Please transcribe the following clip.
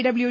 W